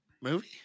Movie